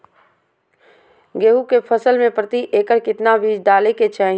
गेहूं के फसल में प्रति एकड़ कितना बीज डाले के चाहि?